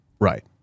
Right